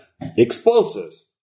explosives